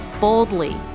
boldly